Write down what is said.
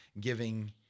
giving